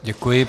Děkuji.